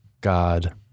God